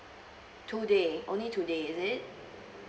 today only today is it